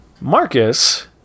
Marcus